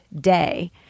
day